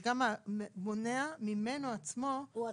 זה גם מונע ממנו עצמו --- הוא עצמו.